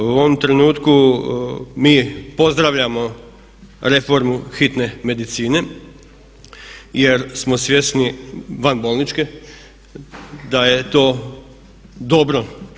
U ovom trenutku mi pozdravljamo reformu hitne medicine, jer smo svjesni, vanbolničke, da je to dobro.